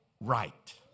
right